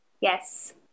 Yes